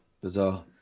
bizarre